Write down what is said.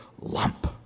lump